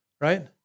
right